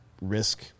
risk